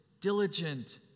diligent